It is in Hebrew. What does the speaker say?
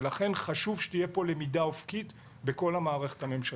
לכן חשוב שתהיה פה למידה אופקית בכל המערכת הממשלתית.